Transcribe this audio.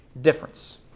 Difference